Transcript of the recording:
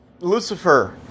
Lucifer